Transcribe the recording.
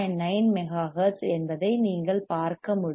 9 megahertz என்பதை நீங்கள் பார்க்க முடியும்